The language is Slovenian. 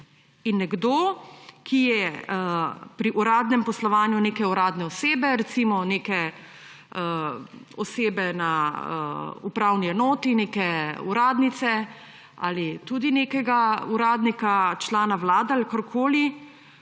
In nekdo, ki je pri uradnem poslovanju neke uradne osebe, recimo, neke osebe na upravni enoti, neke uradnice ali tudi nekega uradnika, člana Vlade ali karkoli,